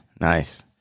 Nice